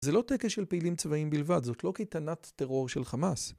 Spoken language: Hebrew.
זה לא טקס של פעילים צבאיים בלבד, זאת לא קייטנת טרור של חמאס.